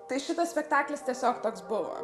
tai šitas spektaklis tiesiog toks buvo